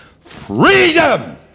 freedom